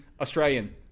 Australian